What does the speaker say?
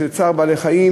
בשל צער בעלי-חיים,